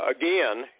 again